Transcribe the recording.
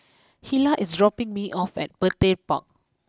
Hilah is dropping me off at Petir Park